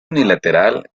unilateral